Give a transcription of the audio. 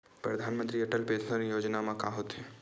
परधानमंतरी अटल पेंशन योजना मा का होथे?